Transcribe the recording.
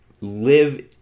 live